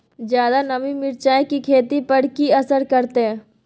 ज्यादा नमी मिर्चाय की खेती पर की असर करते?